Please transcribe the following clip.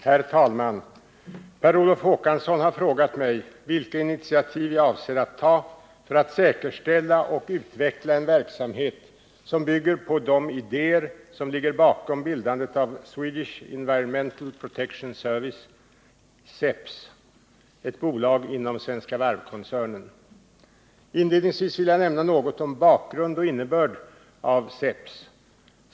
Herr talman! Per Olof Håkansson har frågat mig vilka initiativ jag avser att ta för att säkerställa och utveckla en verksamhet som bygger på de idéer som ligger bakom bildandet av Swedish Environmental Protection Service , ett bolag inom Svenska Varv-koncernen. Inledningsvis vill jag nämna något om bakgrund och innebörd av Swedish Environmental Protection Service .